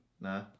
Nah